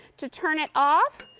to turn it off,